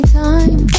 time